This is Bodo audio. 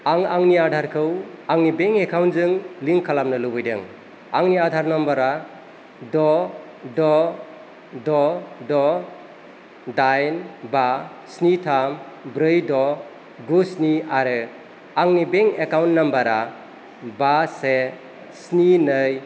आं आंनि आधारखौ आंनि बेंक एकाउन्टजों लिंक खालामनो लुबैदों आंनि आधार नाम्बारा द' द' द' द' दाइन बा स्नि थाम ब्रै द' गु स्नि आरो आंनि बेंक एकाउन्ट नाम्बारा बा से स्नि नै